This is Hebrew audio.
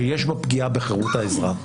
שיש בה פגיעה בחירות האזרח,